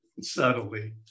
Subtly